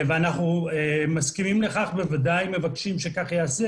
אנחנו מסכימים לכך ובוודאי שמבקשים שכך ייעשה